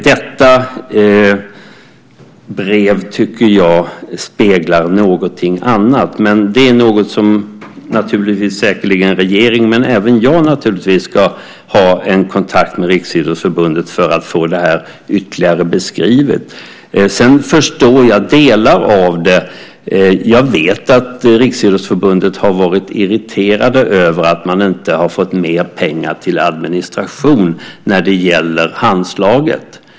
Detta brev tycker jag speglar någonting annat, men det är något som säkerligen regeringen men även jag naturligtvis ska ha en kontakt om med Riksidrottsförbundet för att få det här ytterligare beskrivet. Delar av detta förstår jag. Jag vet att man i Riksidrottsförbundet har varit irriterad över att man inte fått mer pengar till administration när det gäller Handslaget.